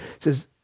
says